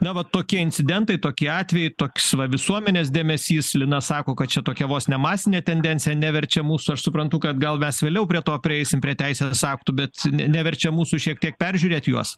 na va tokie incidentai tokie atvejai toks va visuomenės dėmesys lina sako kad čia tokia vos ne masinė tendencija neverčia mūsų aš suprantu kad gal mes vėliau prie to prieisim prie teisės aktų bet neverčia mūsų šiek tiek peržiūrėt juos